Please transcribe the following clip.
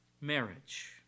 marriage